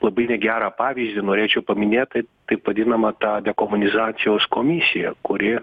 labai negerą pavyzdį norėčiau paminėti taip vadinamą tą dekomunizacijos komisiją kuri